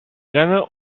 gana